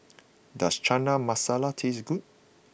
does Chana Masala tastes good